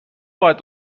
باید